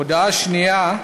הודעה שנייה: